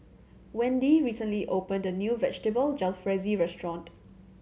Wendi recently opened a new Vegetable Jalfrezi Restaurant